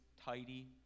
tidy